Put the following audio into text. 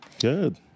Good